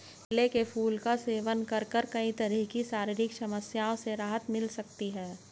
केले के फूल का सेवन करके कई तरह की शारीरिक समस्याओं से राहत मिल सकती है